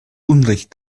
unrecht